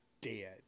dead